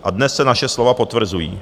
A dnes se naše slova potvrzují.